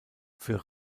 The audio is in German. für